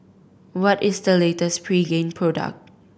what is the latest Pregain product